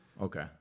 okay